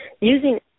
Using